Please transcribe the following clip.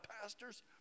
pastor's